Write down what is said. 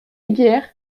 aiguière